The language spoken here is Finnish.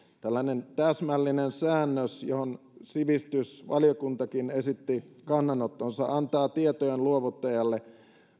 tällainen täsmällinen säännös johon sivistysvaliokuntakin esitti kannanottonsa antaa tietojen luovuttajalle